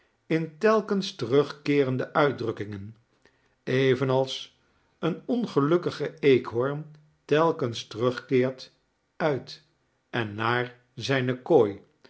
in telkens terugkeerende uitdrukkingen evenals een ongelukkige eefchoorn telkens terugkeert uit en naar zijne kooi